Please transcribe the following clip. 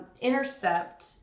intercept